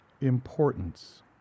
importance